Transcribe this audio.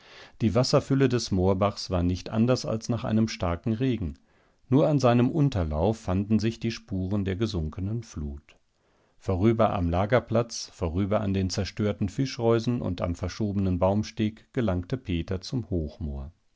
die wasserfülle des moorbachs war nicht anders als nach einem starken regen nur an seinem unterlauf fanden sich spuren der gesunkenen flut vorüber am lagerplatz vorüber an den zerstörten fischreusen und am verschobenen baumsteg gelangte peter zum hochmoor